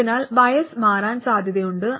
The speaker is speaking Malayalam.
അതിനാൽ ബയസ് മാറാൻ സാധ്യതയുണ്ട്